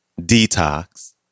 Detox